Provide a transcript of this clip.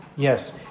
Yes